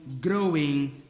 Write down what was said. growing